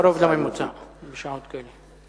זה קרוב לממוצע בשעות כאלה.